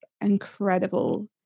incredible